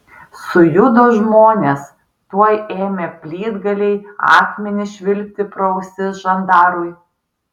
sujudo žmonės tuoj ėmė plytgaliai akmenys švilpti pro ausis žandarui